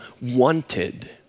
wanted